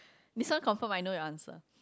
this one confirm I know your answer